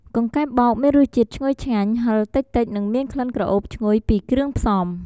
កង្កែបបោកមានរសជាតិឈ្ងុយឆ្ងាញ់ ហិរតិចៗ និងមានក្លិនក្រអូបឈ្ងុយពីគ្រឿងផ្សំ។